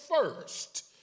first